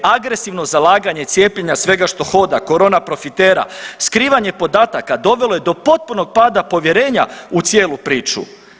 Agresivno zalaganje cijepljenja svega što hoda, corona profitera, skrivanje podataka dovelo je do potpunog pada povjerenja u cijelu priču.